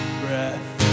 breath